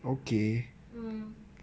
ya mm